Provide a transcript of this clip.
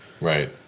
Right